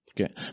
okay